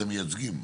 אתם מייצגים?